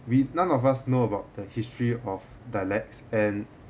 we none of us know about the history of dialects and